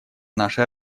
нашей